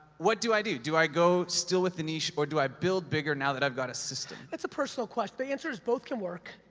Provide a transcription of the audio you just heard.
what do i do, do i go still with the niche or do i build bigger, now that i've got a system? it's a personal question, but the answer's both can work,